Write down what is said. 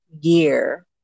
year